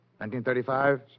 1935